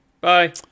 bye